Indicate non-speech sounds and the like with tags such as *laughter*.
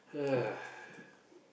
*noise*